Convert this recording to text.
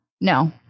no